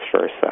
versa